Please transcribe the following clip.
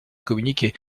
communiquer